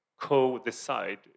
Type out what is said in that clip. co-decide